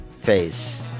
face